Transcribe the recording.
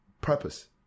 purpose